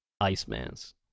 Iceman's